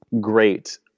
great